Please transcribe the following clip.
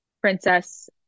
princess